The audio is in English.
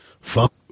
Fuck